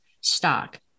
stock